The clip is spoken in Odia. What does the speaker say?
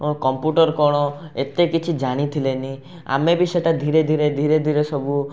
କମ୍ପ୍ୟୁଟର କ'ଣ ଏତେ କିଛି ଜାଣିଥିଲେନି ଆମେ ବି ସେଇଟା ଧୀରେ ଧୀରେ ଧୀରେ ଧୀରେ ସବୁ